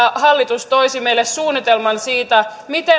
hallitus toisi meille suunnitelman siitä miten harmaata